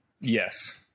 Yes